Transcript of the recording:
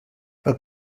pel